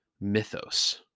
mythos